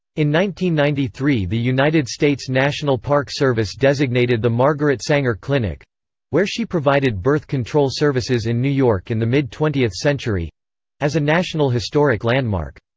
ninety ninety three the united states national park service designated the margaret sanger clinic where she provided birth-control services in new york in the mid-twentieth century as a national historic landmark.